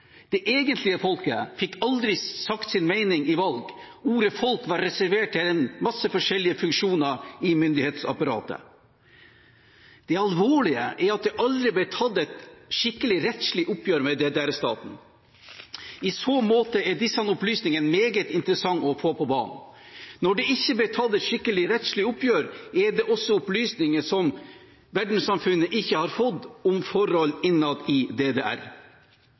Det egentlige folket fikk aldri sagt sin mening i valg. Ordet «folk» var reservert en masse forskjellige funksjoner i myndighetsapparatet. Det alvorlige er at det aldri ble tatt et skikkelig rettslig oppgjør med DDR-staten. I så måte er disse opplysningene meget interessante å få på banen. Når det ikke ble tatt et skikkelig rettslig oppgjør, er det også opplysninger som verdenssamfunnet ikke har fått om forhold innad i DDR. Hva de 30 norske gjorde for DDR, er det